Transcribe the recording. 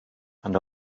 and